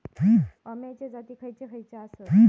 अम्याचे जाती खयचे खयचे आसत?